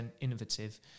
innovative